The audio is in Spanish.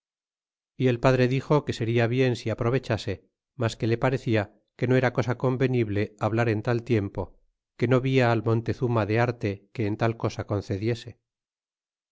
y el padre dixo que seria bien si aprovechase mas que le parecia que no era cosa convenible hablar en tal tiempo que no via al montezuma de arte que en tal cosa concediese